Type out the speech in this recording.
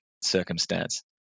circumstance